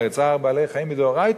הרי צער בעלי-חיים מדאורייתא: